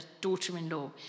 daughter-in-law